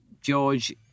George